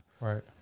Right